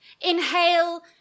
Inhale